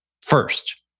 first